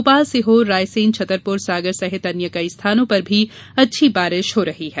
भोपाल सीहोर रायसेन छतरपुर सागर सहित अन्य कई स्थानों पर भी अच्छी बारिश हो रही है